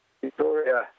Victoria